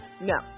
No